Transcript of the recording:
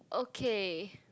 okay